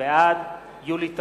בעד יולי תמיר,